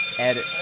edit